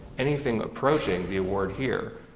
anything approaching the award here.